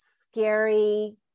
scary